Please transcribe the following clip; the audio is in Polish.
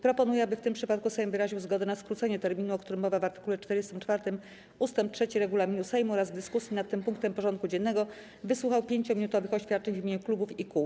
Proponuję, aby w tym przypadku Sejm wyraził zgodę na skrócenie terminu, o którym mowa w art. 44 ust. 3 regulaminu Sejmu, oraz w dyskusji nad tym punktem porządku dziennego wysłuchał 5-minutowych oświadczeń w imieniu klubów i kół.